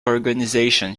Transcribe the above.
organisation